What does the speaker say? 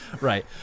Right